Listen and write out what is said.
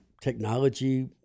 technology